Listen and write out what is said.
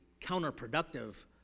counterproductive